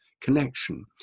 connection